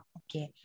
okay